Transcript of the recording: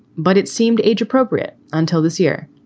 but it seemed age appropriate until this year.